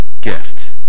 gift